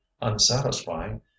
unsatisfying